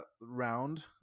round